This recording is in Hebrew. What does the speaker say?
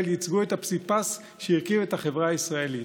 ייצגו את הפסיפס שהרכיב את החברה הישראלית: